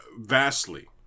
Vastly